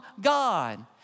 God